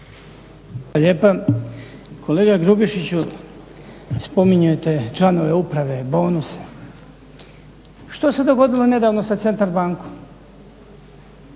lijepa. Kolega Grubišiću, spominjete članove uprave, bonus, što se dogodilo nedugo sa Centar bankom?